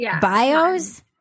bios